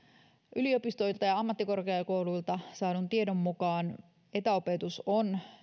yliopistoilta ja ammattikorkeakouluilta saadun tiedon mukaan etäopetus on